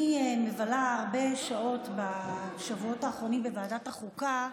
אני מבלה הרבה שעות בשבועות האחרונים בוועדת החוקה,